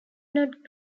not